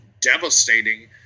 devastating